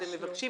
אז הם מבקשים